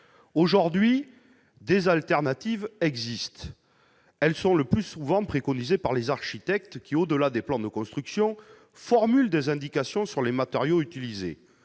Aujourd'hui, des solutions de remplacement existent ; elles sont le plus souvent préconisées par les architectes, qui, au-delà des plans de construction, formulent des indications sur les matériaux utilisés.